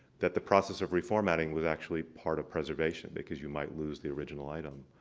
that the process of reformatting was actually part of preservation because you might lose the original item.